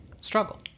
struggle